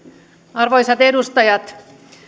arvoisat edustajat